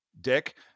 dick